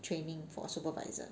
training for supervisor